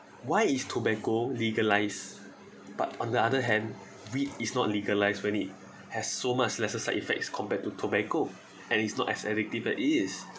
why is tobacco legalised but on the other hand weed is not legalised when it has so much lesser side effects compared to tobacco and it's not as addictive as it is